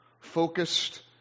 Focused